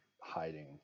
hiding